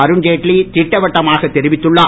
அருண்ஜேட்லி திட்டவட்டமாக தெரிவித்துள்ளார்